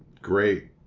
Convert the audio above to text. great